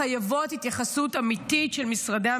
חייבות התייחסות אמיתית של משרדי הממשלה,